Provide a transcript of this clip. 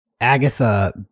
Agatha